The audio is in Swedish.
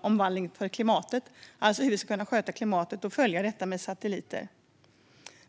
omvandling för klimatet, alltså hur vi ska sköta klimatet och följa det med satelliter.